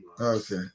Okay